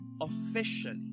officially